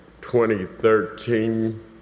2013